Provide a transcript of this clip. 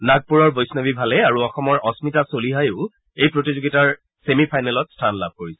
নাগপুৰৰ বৈফৱী ভালে আৰু অসমৰ অস্মিতা চলিহায়ো এই প্ৰতিযোগিতাৰ ছেমি ফাইনেলত স্থান লাভ কৰিছে